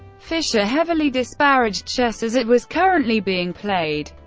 fischer heavily disparaged chess as it was currently being played.